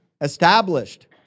established